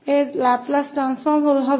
तो यह −𝑡 इसमें से निकलेगा तो यह t2 होगा